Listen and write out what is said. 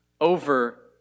over